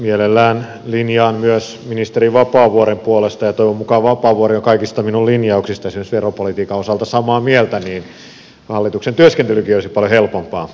mielelläni linjaan myös ministeri vapaavuoren puolesta ja toivon mukaan vapaavuori on kaikista minun linjauksistani esimerkiksi veropolitiikan osalta samaa mieltä niin että hallituksen työskentelykin olisi paljon helpompaa